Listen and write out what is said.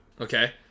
Okay